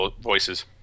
voices